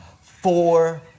Four